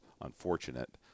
unfortunate